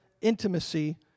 intimacy